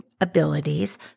abilities